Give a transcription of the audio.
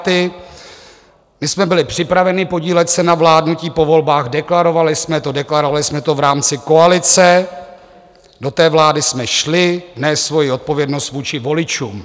My jsme byli připraveni se podílet na vládnutí po volbách, deklarovali jsme to, deklarovali jsme to v rámci koalice, do té vlády jsme šli nést svoji odpovědnost vůči voličům.